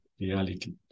reality